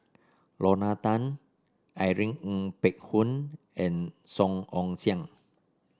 Lorna Tan Irene Ng Phek Hoong and Song Ong Siang